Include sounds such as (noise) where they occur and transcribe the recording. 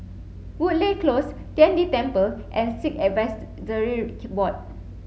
Woodleigh Close Tian De Temple and Sikh (unintelligible) Board